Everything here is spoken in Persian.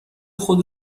خود